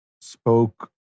spoke